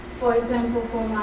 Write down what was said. for example,